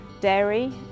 dairy